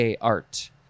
Art